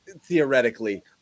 theoretically